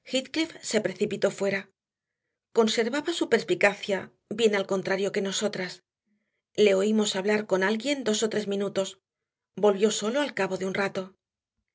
se precipitó fuera conservaba su perspicacia bien al contrario que nosotras le oímos hablar con alguien dos o tres minutos volvió solo al cabo de un rato